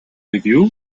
review